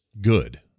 good